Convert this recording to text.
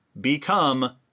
become